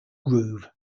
groove